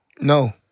no